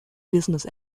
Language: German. business